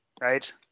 right